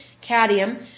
cadmium